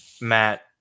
Matt